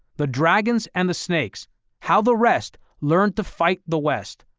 the dragons and the snakes how the rest learned to fight the west.